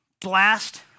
blast